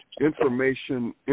information